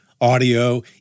audio